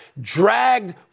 dragged